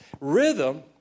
Rhythm